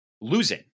losing